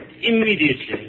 Immediately